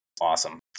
awesome